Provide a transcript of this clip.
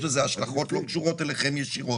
יש לזה השלכות שלא קשורות אליכם ישירות,